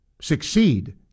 succeed